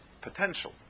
potential